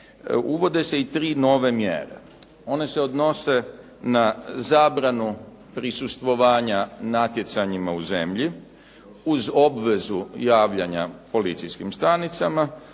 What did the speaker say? uvode se i 3 nove mjere. One se odnose na zabranu prisustvovanja natjecanjima u zemlji uz obvezu javljanja policijskim stanicama,